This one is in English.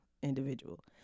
individual